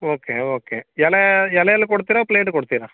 okay okay ಎಲೆ ಎಲೆಯಲ್ಲಿ ಕೊಡ್ತೀರಾ ಪ್ಲೇಟ್ ಕೊಡ್ತೀರಾ